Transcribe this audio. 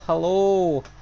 Hello